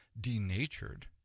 denatured